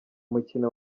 mukino